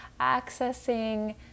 accessing